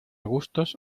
gustos